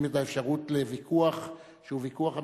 את האפשרות לוויכוח שהוא ויכוח אמיתי.